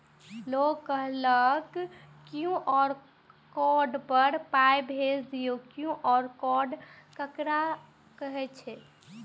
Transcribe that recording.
लोग कहलक QR code पर पाय भेज दियौ से क्यू.आर कोड ककरा कहै छै?